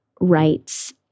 rights